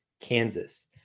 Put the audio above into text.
Kansas